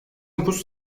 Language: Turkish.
nüfus